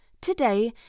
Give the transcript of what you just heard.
today